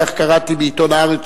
כך קראתי בעיתון "הארץ",